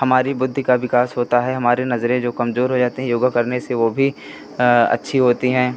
हमारी बुद्धि का विकास होता है हमारी नज़रें जो कमजोर हो जाती हैं योग करने से वो भी अच्छी होती हैं